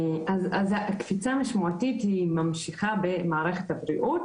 אז הקפיצה המשמעותית ממשיכה במערכת הבריאות,